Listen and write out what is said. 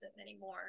anymore